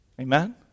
Amen